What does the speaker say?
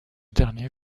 dernier